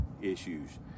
issues